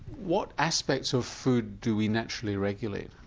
what aspects of food do we naturally regulate?